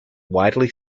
widely